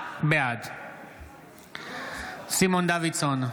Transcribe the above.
בעד סימון דוידסון,